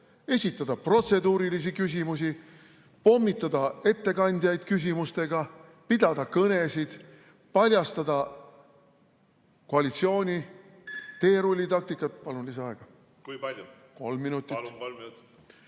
esitada protseduurilisi küsimusi, pommitada ettekandjaid küsimustega, pidada kõnesid, paljastada koalitsiooni teerullitaktikat ... Palun lisaaega. Kolm minutit. Hea ettekandja!